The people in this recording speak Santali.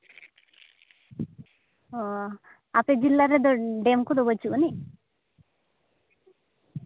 ᱟᱯᱮ ᱡᱮᱞᱟ ᱨᱮᱫᱚ ᱰᱮᱢ ᱠᱚᱫᱚ ᱵᱟᱹᱪᱩᱜ ᱟᱹᱱᱤᱡ